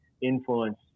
influence